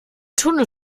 tunnel